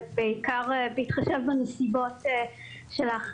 ובעיקר בהתחשב בנסיבות שלך,